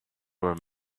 were